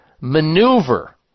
maneuver